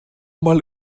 mal